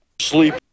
sleep